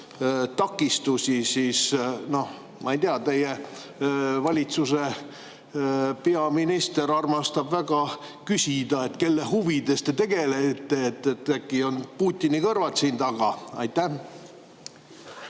takistusi, siis noh, ma ei tea. Teie valitsuse peaminister armastab väga küsida, et kelle huvides te tegutsete. Äkki on Putini kõrvad siin taga? Aitäh!